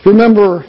Remember